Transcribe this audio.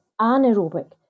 anaerobic